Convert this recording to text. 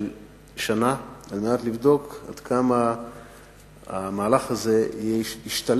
שנה על מנת לבדוק עד כמה המהלך הזה ישתלם